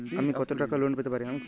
আমি কত টাকা লোন পেতে পারি?